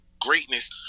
greatness